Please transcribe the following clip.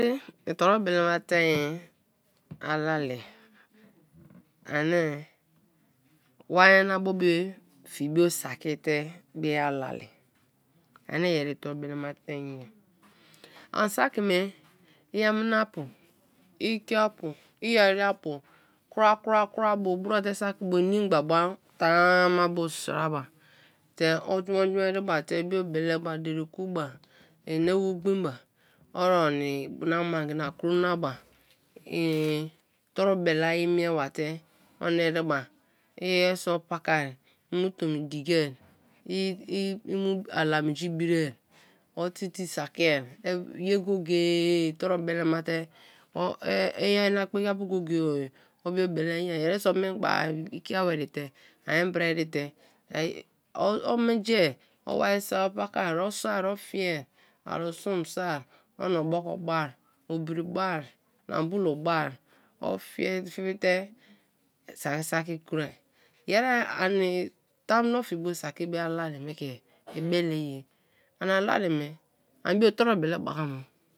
yeri i toru belema tein alali ani, wa nyana bo be fie bo saki te be alali, ani yeri i torubele ma tein ye; an saki me i aminapa, ikiapu, i ere-apu kwra kwra bo bro te saki bo, inim gba tan-a ama bo sra ba te o jumo jumo ereba te bio bele ba dereku ba, i owu gbein ba, o ari na mangi na kro na ba, i toru bele a mie ba te omna ereba, iyeriso pakai mu tomi diki-a, i mu ala menji birie-e, i mu ala menji biri-e, o tei tei saki a, ye go-go-e torubele ma te i na kpeki apu go-go-e o bio bele, iyea yeriso memgba ikiabo erite, i mbra erite, o menji-a, o wai so-a o pakai, o so, o fie, arisun sor, omni oboko ba-e, obori ba-e, nambulo ba-e, ofi fi te saki saki kroai, yeri ani tamuno fi bo saki be alali me ke i bele ye; ani lalime, ani bio toru bele ba ka mo.